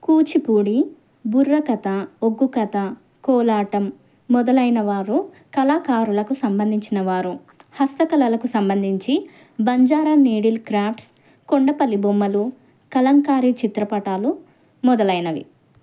కూచిపూడి బుర్రకథ ఒగ్గు కథ కోలాటం మొదలైన వారు కళాకారులకు సంబంధించిన వారు హస్తకళలకు సంబంధించి బంజారా నీడిల్ క్రాఫ్ట్స్ కొండపల్లి బొమ్మలు కలంకారీ చిత్రపటాలు మొదలైనవి